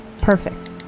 perfect